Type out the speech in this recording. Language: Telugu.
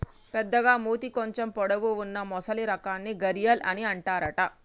పెద్దగ మూతి కొంచెం పొడవు వున్నా మొసలి రకాన్ని గరియాల్ అని అంటారట